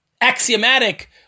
axiomatic